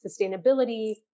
sustainability